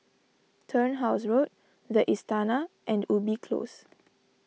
Turnhouse Road the Istana and Ubi Close